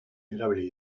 erabili